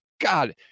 God